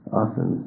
often